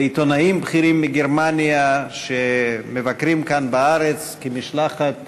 ועיתונאים בכירים מגרמניה שמבקרים כאן בארץ כמשלחת